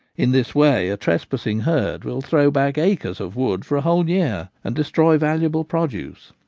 in this way a trespassing herd will throw back acres of wood for a whole year, and destroy valuable produce.